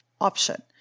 option